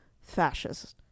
fascist